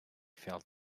felt